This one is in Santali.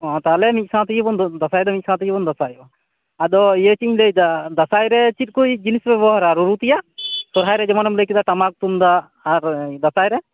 ᱚᱸᱻ ᱛᱟᱦᱚᱞᱮ ᱢᱤᱫ ᱥᱟᱶ ᱛᱮᱜᱮᱵᱚᱱ ᱫᱟᱸᱥᱟᱭ ᱫᱚ ᱢᱤᱫ ᱥᱟᱶ ᱛᱮᱜᱮᱵᱚᱱ ᱫᱟᱸᱥᱟᱭᱚᱜᱼᱟ ᱟᱫᱚ ᱤᱭᱟᱹ ᱪᱮᱫ ᱤᱧ ᱞᱟᱹᱭᱮᱫᱟ ᱫᱟᱸᱥᱟᱭ ᱨᱮ ᱪᱮᱫ ᱠᱳᱭᱤᱡ ᱡᱤᱱᱤᱥ ᱠᱚ ᱵᱮᱣᱦᱟᱨᱟ ᱨᱩᱨᱩ ᱛᱮᱭᱟᱜ ᱥᱚᱨᱦᱟᱭ ᱨᱮ ᱡᱮᱢᱚᱱᱮᱢ ᱞᱟ ᱭ ᱠᱮᱫᱟ ᱴᱟᱢᱟᱠ ᱛᱩᱢᱫᱟᱜ ᱟᱨ ᱫᱟᱸᱥᱟᱭ ᱨᱮ